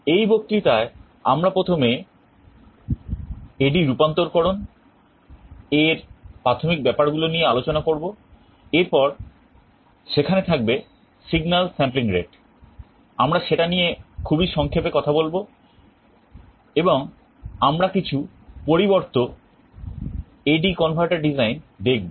এই বক্তৃতা আমরা প্রথমে AD রূপান্তরকরণ এর প্রাথমিক ব্যাপারগুলো নিয়ে আলোচনা করব এরপর সেখানে থাকবে signal sampling rate আমরা সেটা নিয়ে খুবই সংক্ষেপে কথা বলব এবং আমরা কিছু পরিবর্ত AD converter design দেখব